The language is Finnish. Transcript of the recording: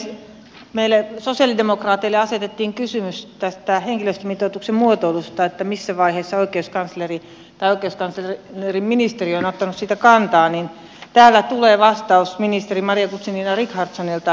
kun meille sosialidemokraateille asetettiin kysymys tästä henkilöstömitoituksen muotoilusta missä vaiheessa oikeuskansleri tai oikeastaan ministeriö on ottanut siihen kantaa niin täällä tulee vastaus ministeri maria guzenina richardsonilta